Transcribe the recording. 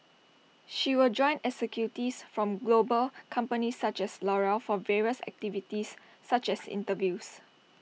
she will join executives from global companies such as L'Oreal for various activities such as interviews